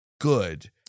good